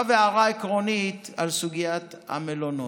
עכשיו הערה עקרונית על סוגיית המלונות.